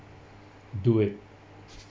do it